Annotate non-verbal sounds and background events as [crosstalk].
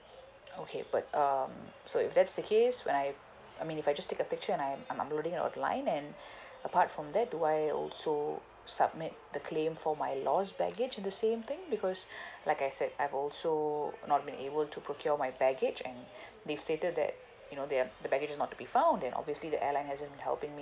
okay but um so if that's the case when I've I mean if I just take a picture and I I'm I'm loading it online and [breath] apart from that do I also submit the claim for my lost baggage in the same thing because [breath] like I said I've also not being able to procure my baggage and [breath] they stated that you know they're the baggage is not to be found and obviously the airline hasn't helping me